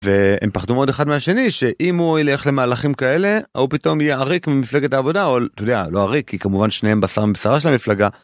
והם פחדו מאוד אחד מהשני שאם הוא הולך למהלכים כאלה, ההוא פתאום ייערק ממפלגת העבודה, אתה יודע, לא עריק כי כמובן שניהם בשר מבשרה של המפלגה.